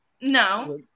No